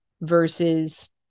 versus